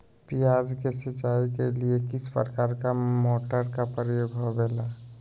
प्याज के सिंचाई के लिए किस प्रकार के मोटर का प्रयोग होवेला?